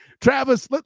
Travis